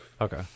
Okay